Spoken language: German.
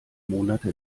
monate